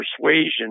persuasion